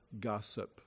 gossip